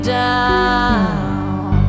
down